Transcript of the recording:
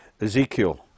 Ezekiel